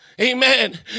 Amen